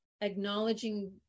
acknowledging